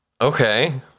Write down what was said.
Okay